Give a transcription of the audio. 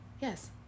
Yes